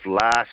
last